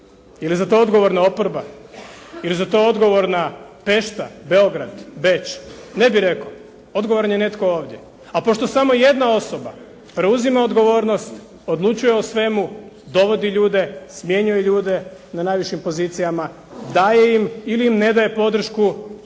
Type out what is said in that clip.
li za to odgovorna oporba? Je li za to odgovorna Pešta, Beograd, Beč? Ne bih rekao, odgovoran je netko ovdje. A pošto samo jedna osoba preuzima odgovornost, odlučuje o svemu, dovodi ljude, smjenjuje ljude na najvišim pozicijama, daje im ili im ne daje podršku,